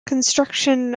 construction